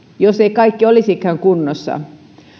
jos ei kaikki olisikaan kunnossa